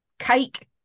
Cake